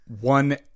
One